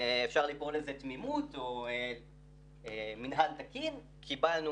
אפשר לקרוא לזה תמימות או מנהל תקין קיבלנו